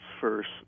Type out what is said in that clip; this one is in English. first